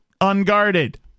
unguarded